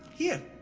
here.